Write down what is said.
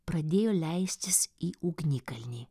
pradėjo leistis į ugnikalnį